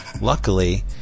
Luckily